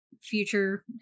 future